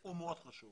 הוא מאוד חשוב